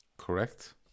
correct